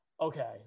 okay